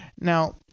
Now